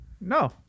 No